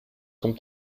kommt